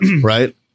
Right